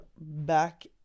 back